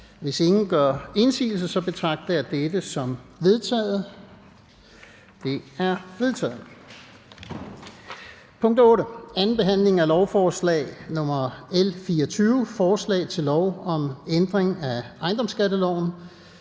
Hvis ingen gør indsigelse, betragter jeg dette som vedtaget. Det er vedtaget. --- Det næste punkt på dagsordenen er: 8) 2. behandling af lovforslag nr. L 24: Forslag til lov om ændring af ejendomsskatteloven,